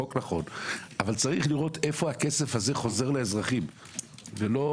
אם באמצעות סבסוד צולב - צערי הרב בשני העשורים האחרונים